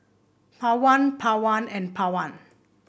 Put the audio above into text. Pawan Pawan and Pawan